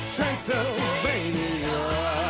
Transylvania